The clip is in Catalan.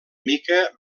mica